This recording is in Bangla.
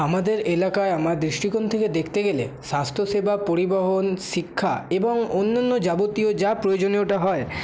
আমাদের এলাকায় আমার দৃষ্টিকোণ থেকে দেখতে গেলে স্বাস্থ্যসেবা পরিবহন শিক্ষা এবং অন্যান্য যাবতীয় যা প্রয়োজনীয়তা হয়